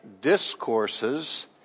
discourses